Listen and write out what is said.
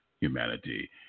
Humanity